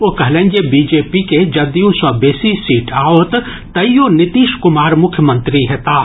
ओ कहलनि जे बीजेपी के जदयू सँ बेसी सीट आओत तैयो नीतीश कुमार मुख्यमंत्री हेताह